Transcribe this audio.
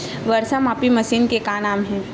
वर्षा मापी मशीन के का नाम हे?